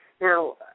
Now